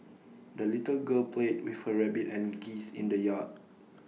the little girl played with her rabbit and geese in the yard